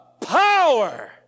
power